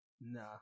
Nah